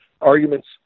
arguments